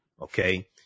okay